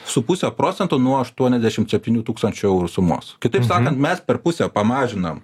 su puse procento nuo atuoniasdešimt septynių tūkstančių eurų sumos kitaip sakant mes per pusę pamažinom